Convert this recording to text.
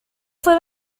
fue